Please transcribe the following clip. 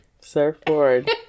Surfboard